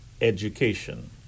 education